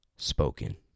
Spoken